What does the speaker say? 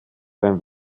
beim